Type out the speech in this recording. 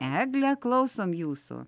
egle klausom jūsų